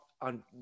on